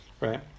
right